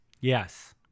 yes